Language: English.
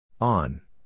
On